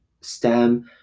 STEM